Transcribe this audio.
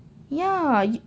ya yo~